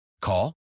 Call